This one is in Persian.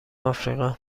افریقا